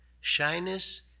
Shyness